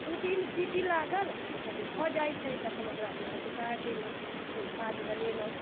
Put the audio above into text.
दू तीन सीटी लागल तऽ ओहिमे भऽ जाइत छै तखन ओकरा हमसब उतारि देलहुँ फेर भात बनेलहुँ